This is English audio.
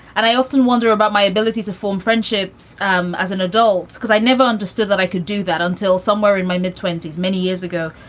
and i often wonder about my ability to form friendships um as an adult because i never understood that i could do that until somewhere in my mid twenty s many years ago.